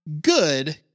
good